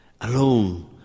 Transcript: alone